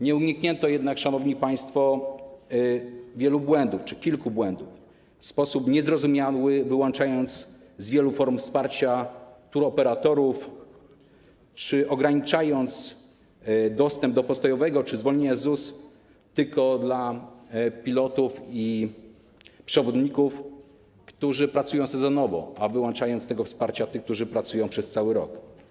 Nie uniknięto jednak, szanowni państwo, wielu czy kilku błędów, wyłączając w sposób niezrozumiały z wielu form wsparcia touroperatorów czy ograniczając dostęp do postojowego czy zwolnienia z ZUS tylko do pilotów i przewodników, którzy pracują sezonowo, a wyłączając z tego wsparcia tych, którzy pracują przez cały rok.